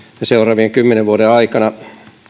seuraavien kymmenen vuoden aikana